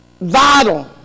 vital